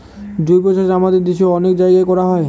জৈবচাষ আমাদের দেশে অনেক জায়গায় করা হয়